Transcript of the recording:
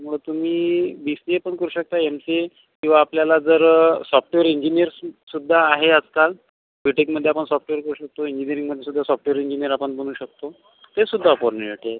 मुळं तुम्ही B C A पण करू शकता एम सी ए किंवा आपल्याला जर सॉफ्टवेअर इंजिनिअर सुद्धा आहे आजकाल बी टेकमध्ये आपण सॉफ्टवेअर करू शकतो इंजिनिअरिंगमध्ये सुद्धा सॉफ्टवेअर इंजिनिअर आपण बनू शकतो ते सुद्धा अपॉरन्युइटी आहे